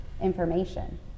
information